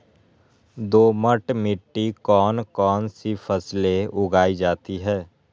दोमट मिट्टी कौन कौन सी फसलें उगाई जाती है?